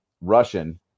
Russian